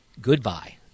Goodbye